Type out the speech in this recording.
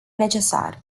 necesar